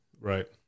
right